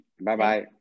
Bye-bye